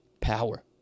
power